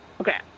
Okay